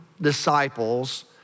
disciples